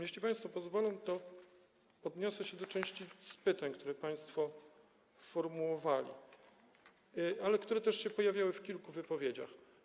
Jeśli państwo pozwolą, to odniosę się do części pytań, które państwo formułowali, ale które też pojawiały się w kilku wypowiedziach.